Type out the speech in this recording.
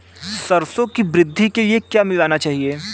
सरसों की वृद्धि के लिए क्या मिलाना चाहिए?